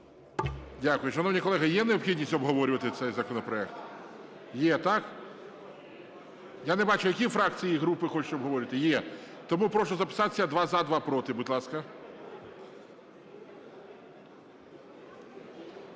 Дякую. Шановні колеги, є необхідність обговорювати цей законопроект? Є, так? Я не бачу, які фракції і групи хочуть обговорювати? Є. Тому прошу записатися: два – за, два – проти, будь ласка.